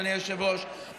אדוני היושב-ראש,